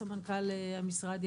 סמנכ"ל המשרד,